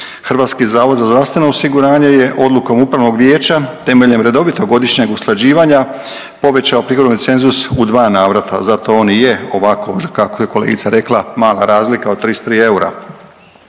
prihodovni cenzus. HZZO je odlukom upravnog vijeća temeljem redovitog godišnjeg usklađivanja povećao prihodovni cenzus u dva navrata, zato on i je ovako kako je kolegica rekla mala razlika od 33 eura.